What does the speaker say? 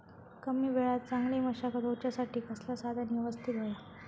कमी वेळात चांगली मशागत होऊच्यासाठी कसला साधन यवस्तित होया?